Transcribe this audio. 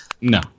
No